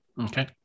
Okay